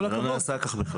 זה לא נעשה כך.